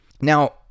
Now